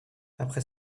après